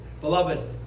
Beloved